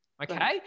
Okay